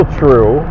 true